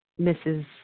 Mrs